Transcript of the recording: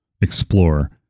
explore